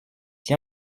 s’y